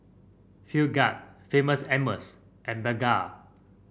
Film Grade Famous Amos and Bengay